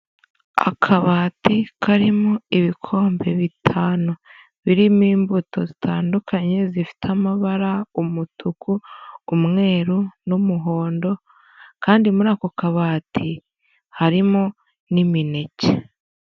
Akabati karimo ibikombe bitanu birimo imbuto zitandukanye zifite amabara, umutuku, umweru n'umuhondo kandi muri ako kabati harimo n'imineke.